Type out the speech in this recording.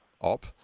op